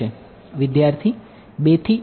વિદ્યાર્થી 2 થી 4